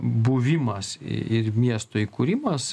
buvimas i ir miesto įkūrimas